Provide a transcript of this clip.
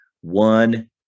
one